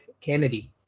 Kennedy